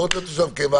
לא רוצה להיות תושב קבע,